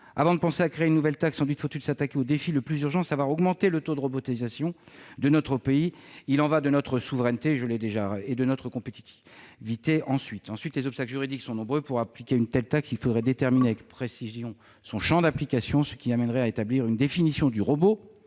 Avant d'envisager de créer une nouvelle taxe, il faut s'attaquer au défi le plus urgent, à savoir augmenter le taux de robotisation dans notre pays. Il y va de notre souveraineté et de notre compétitivité. Ensuite, les obstacles juridiques sont nombreux. Pour appliquer une telle taxe, il faudrait déterminer avec précision son champ d'application, ce qui amènerait à établir une définition du robot